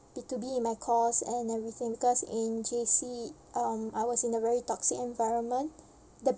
be to be in my course and everything because in J_C um I was in a very toxic environment the